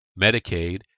Medicaid